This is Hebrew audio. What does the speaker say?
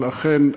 אבל אכן,